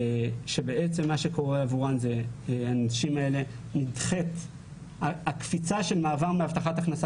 למעשה לגבי הנשים האלה נדחית הקפיצה של מעבר מהבטחת הכנסה